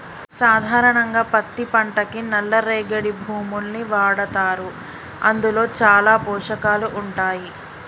సాధారణంగా పత్తి పంటకి నల్ల రేగడి భూముల్ని వాడతారు అందులో చాలా పోషకాలు ఉంటాయి